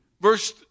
verse